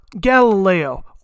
Galileo